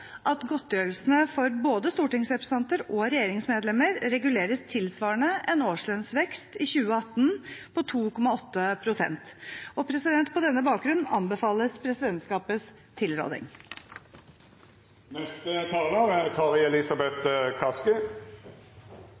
at godtgjørelsene for både stortingsrepresentanter og regjeringsmedlemmer reguleres tilsvarende en årslønnsvekst i 2018, på 2,8 pst. På denne bakgrunn anbefales presidentskapets tilråding. Bevilgning av godtgjørelse for stortingsrepresentanter er